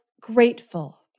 grateful